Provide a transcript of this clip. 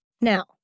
Now